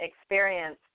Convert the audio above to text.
experience